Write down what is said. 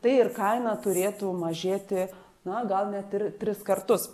tai ir kaina turėtų mažėti na gal net tris kartus